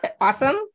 Awesome